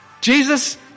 Jesus